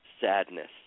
sadness